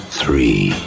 three